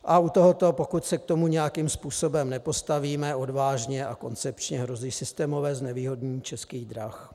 U tohoto, pokud se k tomu nějakým způsobem nepostavíme odvážně a koncepčně, hrozí systémové znevýhodnění Českých drah.